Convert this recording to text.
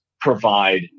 provide